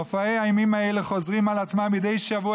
מופעי האימים האלה חוזרים על עצמם מדי שבוע